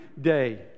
day